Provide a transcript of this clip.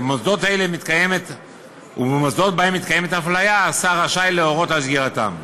ומוסדות שבהם מתקיימת אפליה השר רשאי להורות על סגירתם.